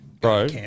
Bro